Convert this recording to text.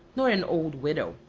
nor an old widow.